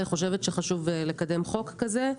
היא חושבת שחשוב לקדם חוק כזה.